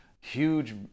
huge